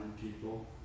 people